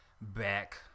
back